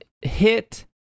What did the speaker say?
hit